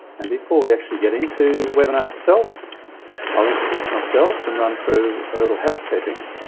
and before we actually get into the webinar itself i'll introduce myself and run through a little housekeeping.